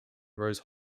rose